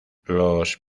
los